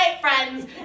friends